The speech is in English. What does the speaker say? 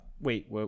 Wait